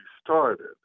started